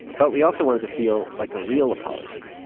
but we also want it to feel like a real apology,